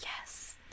yes